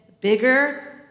bigger